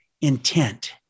intent